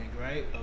right